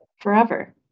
Forever